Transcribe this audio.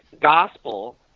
gospel